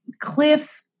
Cliff